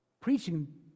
Preaching